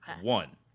One